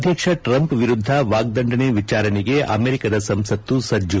ಅಧ್ಯಕ್ಷ ಟ್ರಂಪ್ ವಿರುದ್ದ ವಾಗ್ದಂಡನೆ ವಿಚಾರಣೆಗೆ ಅಮೆರಿಕೆದ ಸಂಸತ್ತು ಸಜ್ಜು